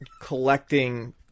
collecting